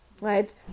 right